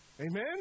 Amen